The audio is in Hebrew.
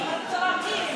צועקים.